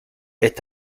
est